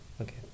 Okay